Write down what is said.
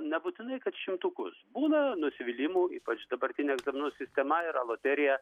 nebūtinai kad šimtukus būna nusivylimų ypač dabartinė egzaminų sistema yra loterija